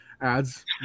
Ads